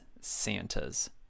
Santa's